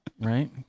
Right